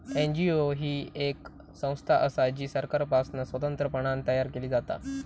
NGO ही येक संस्था असा जी सरकारपासना स्वतंत्रपणान तयार केली जाता